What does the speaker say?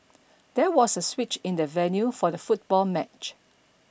there was a switch in the venue for the football match